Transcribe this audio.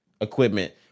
equipment